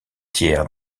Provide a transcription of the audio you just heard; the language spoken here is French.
tiers